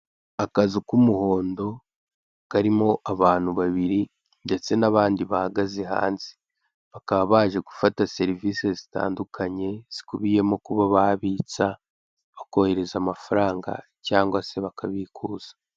Akazu k'umuhondo karimo abantu babiri ndetse n'abandi bahagaze hanze bakaba baje gufata serivise zitandukanye zikubiyemo kuba babitsa, bakohereza amafaranga cyangwa se bakabikuza.